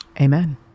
Amen